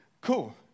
cool